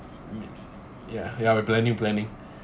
ya ya the planning planning